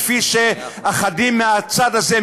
כפי שאחדים מהצד הזה,